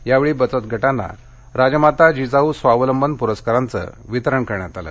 यावेळी बचत गटांना राजमाता जिजाऊ स्वावलंबन पुरस्कारांचं वितरण करण्यात आलं